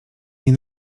nie